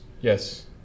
yes